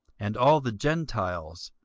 and all the gentiles,